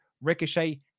ricochet